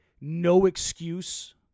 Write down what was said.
no-excuse